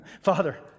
Father